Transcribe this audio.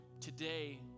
today